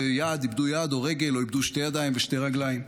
איבדו יד או רגל או איבדו שתי ידיים ושתי רגליים,